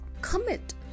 commit